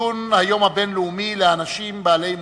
לציון היום הבין-לאומי לאנשים בעלי מוגבלויות.